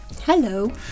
Hello